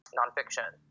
nonfiction